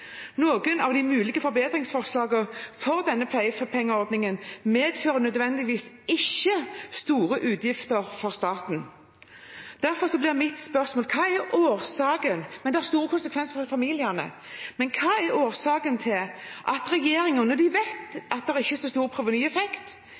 Noen av de mulige forbedringsforslagene for denne pleiepengeordningen medfører ikke nødvendigvis store utgifter for staten, men de har store konsekvenser for familiene. Derfor blir mitt spørsmål: Hva er årsaken til at regjeringen, når vi vet at det ikke er